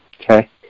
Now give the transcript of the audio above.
Okay